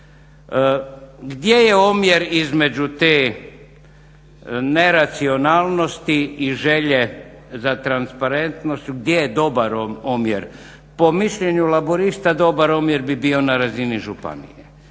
Gdje je omjer između te neracionalnosti i želje za transparentnosti, gdje je dobar omjer. Po mišljenju Laburista dobar omjer bi bio na razini županije,